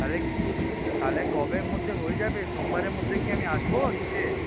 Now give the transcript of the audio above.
তাহলে তাহলে কবের মধ্যে হয়ে যাবে সোমবারের মধ্যে কি আমি আসব নিতে